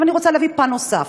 עכשיו, אני רוצה להביא פן נוסף,